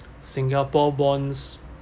singapore bonds